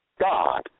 God